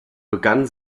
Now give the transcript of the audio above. begann